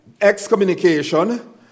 excommunication